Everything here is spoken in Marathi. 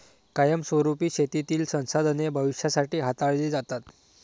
कायमस्वरुपी शेतीतील संसाधने भविष्यासाठी हाताळली जातात